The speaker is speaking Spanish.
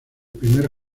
primer